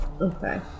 Okay